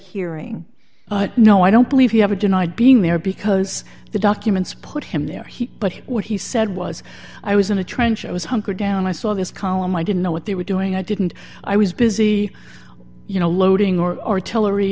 hearing no i don't believe you have a denied being there because the documents put him there he but what he said was i was in a trench i was hunkered down i saw this column i didn't know what they were doing i didn't i was busy you know loading or artillery